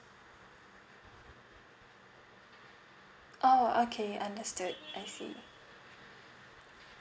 oh okay understood I see